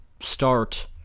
start